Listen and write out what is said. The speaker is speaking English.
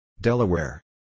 Delaware